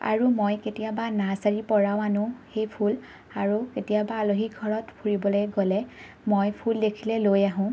আৰু মই কেতিয়াবা নাৰ্চাৰী পৰাও আনো সেই ফুল আৰু কেতিয়াবা আলহী ঘৰত ফুৰিবলে গ'লে মই ফুল দেখিলে লৈ আহোঁ